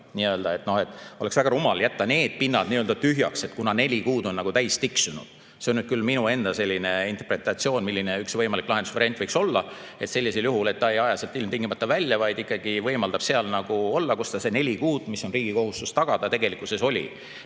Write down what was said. majutada, siis oleks väga rumal jätta need pinnad tühjaks, kuna neli kuud on täis tiksunud. See on nüüd küll minu enda interpretatsioon, milline üks võimalik lahendusvariant võiks olla: sellisel juhul ta ei aja sealt ilmtingimata välja, vaid ikkagi võimaldab olla seal, kus nad need neli kuud, mis on riigi kohustus tagada, tegelikkuses olid.